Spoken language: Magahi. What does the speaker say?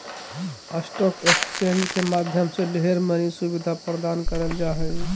स्टाक एक्स्चेंज के माध्यम से ढेर मनी सुविधा प्रदान करल जा हय